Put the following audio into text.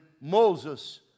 Moses